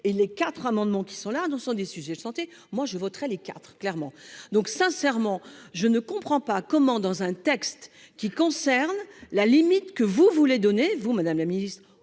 et les quatre amendements qui sont là dans ce sont des sujets de santé. Moi je voterai les quatres clairement donc sincèrement je ne comprends pas comment dans un texte qui concerne la limite que vous voulez donnez-vous Madame la Ministre